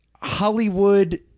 Hollywood